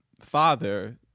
father